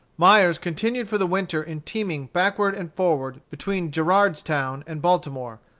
myers continued for the winter in teaming backward and forward between gerardstown and baltimore,